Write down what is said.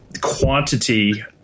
quantity